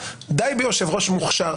די ביושב-ראש מוכשר.